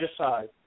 aside